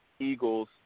Eagles